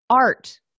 art